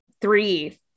three